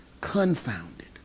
confounded